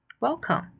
Welcome